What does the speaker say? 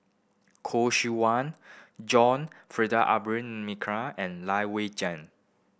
Khoo Seok Wan John and Lai Weijie